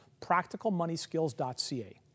practicalmoneyskills.ca